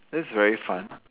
this very fun